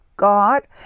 God